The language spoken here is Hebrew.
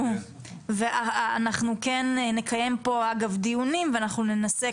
אנחנו נקיים פה דיונים ואנחנו ננסה